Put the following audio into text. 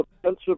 defensive